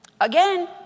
Again